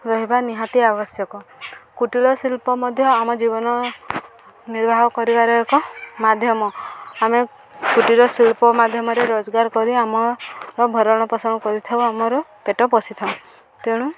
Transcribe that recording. ରହିବା ନିହାତି ଆବଶ୍ୟକ କୁଟୀର ଶିଳ୍ପ ମଧ୍ୟ ଆମ ଜୀବନ ନିର୍ବାହ କରିବାର ଏକ ମାଧ୍ୟମ ଆମେ କୁଟୀର ଶିଳ୍ପ ମାଧ୍ୟମରେ ରୋଜଗାର କରି ଆମର ଭରଣ ପୋଷଣ କରିଥାଉ ଆମର ପେଟ ପୋଷିଥାଉ ତେଣୁ